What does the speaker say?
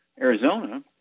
Arizona